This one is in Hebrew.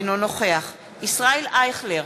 אינו נוכח ישראל אייכלר,